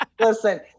listen